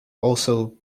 also